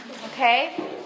Okay